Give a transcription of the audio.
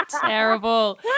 Terrible